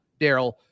Daryl